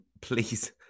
please